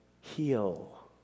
heal